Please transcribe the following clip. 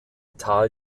tal